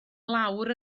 lawr